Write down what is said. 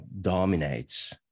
dominates